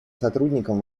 сотрудникам